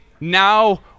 now